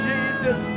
Jesus